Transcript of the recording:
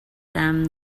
them